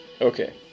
Okay